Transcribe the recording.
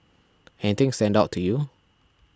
anything stand out to you